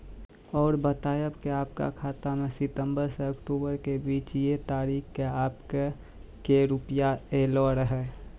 और बतायब के आपके खाते मे सितंबर से अक्टूबर के बीज ये तारीख के आपके के रुपिया येलो रहे?